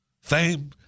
Fame